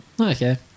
Okay